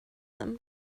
them